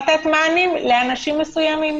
וצריך לתת מענים לאנשים מסוימים.